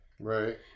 Right